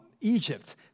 Egypt